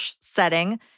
setting